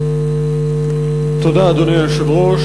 תודה, אדוני היושב-ראש.